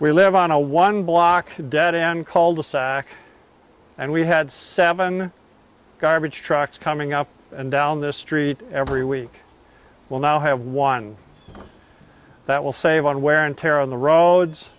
we live on a one block dead end called and we had seven garbage trucks coming up and down this street every week will now have one that will save on wear and tear on the roads